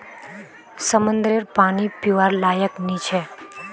समंद्ररेर पानी पीवार लयाक नी छे